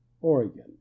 Oregon